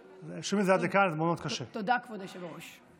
תודה, כבוד היושב-ראש.